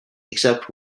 except